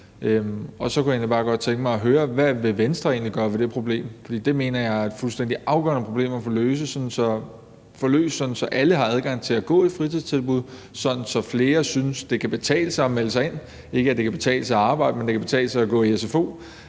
egentlig bare godt tænke mig at høre: Hvad vil Venstre egentlig gøre ved det problem? For det mener jeg er et fuldstændig afgørende problem at få løst, sådan at alle har adgang til at gå i fritidstilbud, sådan at flere synes, det kan betale sig at melde sig ind – ikke at det kan betale sig at arbejde, men at det kan betale sig at gå i sfo